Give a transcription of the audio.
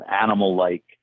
animal-like